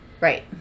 Right